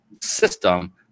system